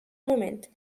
moment